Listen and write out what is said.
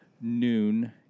noon